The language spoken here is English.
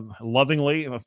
lovingly